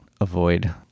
avoid